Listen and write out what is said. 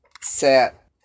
set